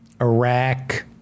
Iraq